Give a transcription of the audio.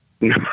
No